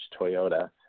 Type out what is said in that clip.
Toyota